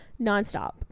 nonstop